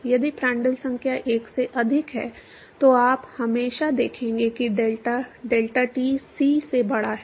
यदि प्रांटल संख्या 1 से अधिक है तो आप हमेशा देखेंगे कि डेल्टा डेल्टा t सी से बड़ा है